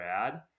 add